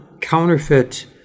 counterfeit